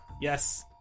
Yes